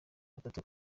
batatu